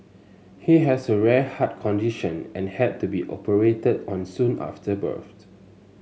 he has a rare heart condition and had to be operated on soon after birth